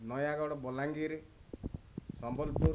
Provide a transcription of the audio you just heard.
Nayagarh Balangir Sambalpur